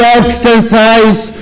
exercise